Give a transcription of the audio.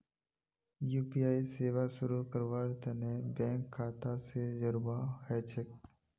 UPI सेवा शुरू करवार तने बैंक खाता स जोड़वा ह छेक